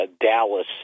Dallas